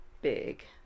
Big